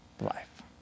life